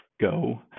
go